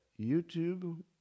YouTube